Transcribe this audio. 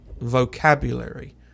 vocabulary